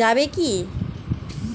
যাবে কি?